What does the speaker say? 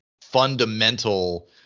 fundamental